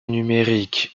numérique